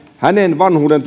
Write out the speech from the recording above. hänen vanhuuden